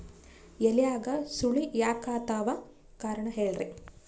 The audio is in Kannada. ಎಲ್ಯಾಗ ಸುಳಿ ಯಾಕಾತ್ತಾವ ಕಾರಣ ಹೇಳ್ರಿ?